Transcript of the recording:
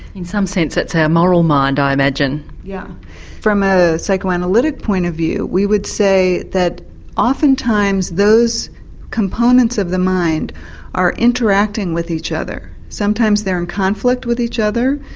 in some sense that's our moral mind i imagine. yeah from a psychoanalytic point of view we would say that oftentimes those components of the mind are interacting with each other. sometimes they are in conflict with each other.